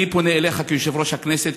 אני פונה אליך כיושב-ראש הכנסת,